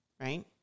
Right